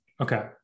Okay